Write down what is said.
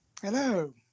Hello